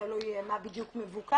תלוי מה בדיוק מבוקש.